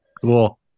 Cool